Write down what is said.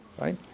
right